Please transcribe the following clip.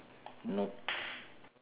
nope